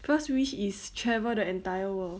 first wish is travel the entire world